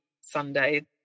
Sunday